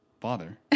father